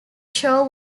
show